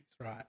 right